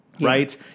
Right